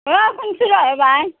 অ' শুনছোঁ দে এ বাই